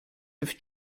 have